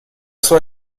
sua